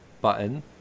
button